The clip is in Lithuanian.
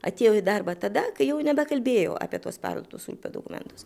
atėjo į darbą tada kai jau nebekalbėjau apie tuos pavogtus dokumentus